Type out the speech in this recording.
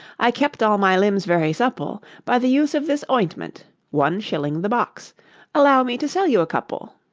i kept all my limbs very supple by the use of this ointment one shilling the box allow me to sell you a couple